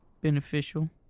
beneficial